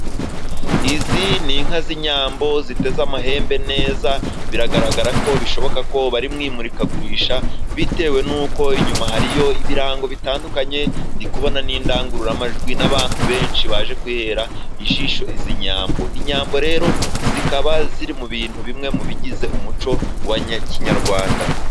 Izi ni inka z’inyambo ziteze amahembe neza. Biragaragara ko bishoboka ko bari mu imurikagurisha, bitewe n’uko inyuma hari yo ibirango bitandukanye. Ndi kubona n’indangururamajwi n’abantu benshi baje kwihera ijisho izi nyambo. Inyambo rero zikaba ziri mu bintu bimwe mu bigize umuco wa Kinyarwanda.